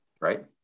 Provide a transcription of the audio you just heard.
right